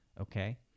Okay